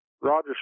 Roger